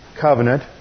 covenant